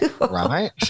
Right